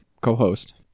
co-host